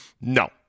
No